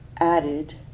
added